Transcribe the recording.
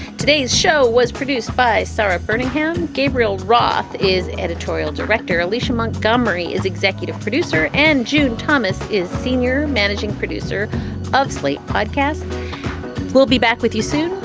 today's show was produced by sara burning him. gabriel roth is editorial director. alicia montgomery is executive producer. and june thomas is senior managing producer of slate podcasts we'll be back with you soon.